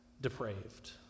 depraved